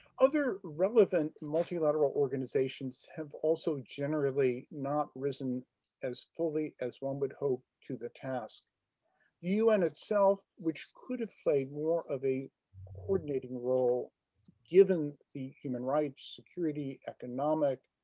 other relevant multilateral organizations have also generally not risen as fully as one would hope to the task. the un itself which could have played more of a coordinating role given the human rights, security, economic,